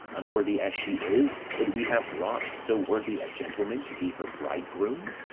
unworthy as she is, that we have wrought so worthy a gentleman to be her bridegroom?